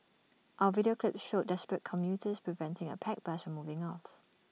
our video clip showed desperate commuters preventing A packed bus from moving off